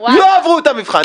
לא עברו את המבחן?